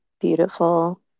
beautiful